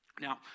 Now